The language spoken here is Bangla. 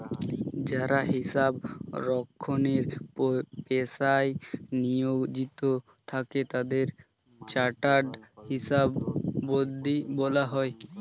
যারা হিসাব রক্ষণের পেশায় নিয়োজিত থাকে তাদের চার্টার্ড হিসাববিদ বলা হয়